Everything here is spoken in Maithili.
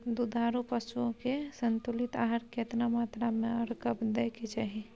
दुधारू पशुओं के संतुलित आहार केतना मात्रा में आर कब दैय के चाही?